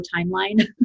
timeline